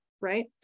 Right